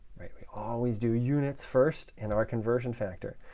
right, we always do units first in our conversion factor.